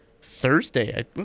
Thursday